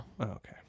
okay